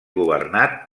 governat